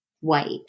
white